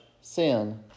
sin